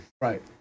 right